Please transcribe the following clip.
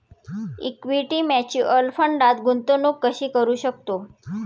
Equity mutual फंडात गुंतवणूक कशी करू शकतो?